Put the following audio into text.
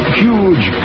huge